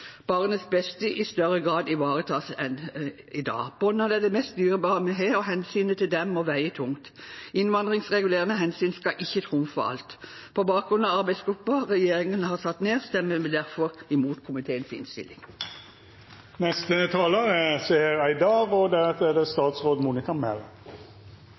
barnets beste i større grad ivaretas enn i dag. Barna er det mest dyrebare vi har, og hensynet til dem må veie tungt. Innvandringsregulerende hensyn skal ikke trumfe alt. På bakgrunn av arbeidsgruppen regjeringen har satt ned, stemmer vi derfor imot komiteens innstilling. På papiret har vi et regelverk som skal sikre at det